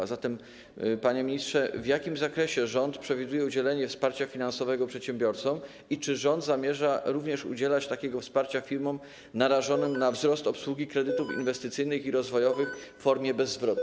A zatem, panie ministrze, w jakim zakresie rząd przewiduje udzielenie wsparcia finansowego przedsiębiorcom i czy rząd zamierza również udzielać takiego wsparcia firmom narażonym na wzrost obsługi kredytów inwestycyjnych i rozwojowych w formie bezzwrotnej?